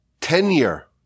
tenure